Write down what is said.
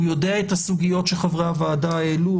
הוא יודע את הסוגיות שחברי הוועדה העלו,